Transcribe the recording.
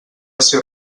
ser